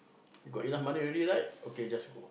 got enough money already right okay just go